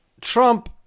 Trump